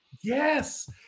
Yes